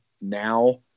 now